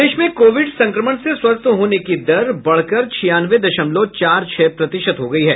प्रदेश में कोविड संक्रमण से स्वस्थ होने की दर बढ़कर छियानवे दशमलव चार छह प्रतिशत हो गयी है